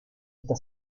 esta